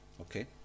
okay